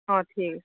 অঁ ঠিক